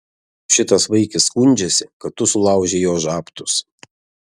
šitas vaikis skundžiasi kad tu sulaužei jo žabtus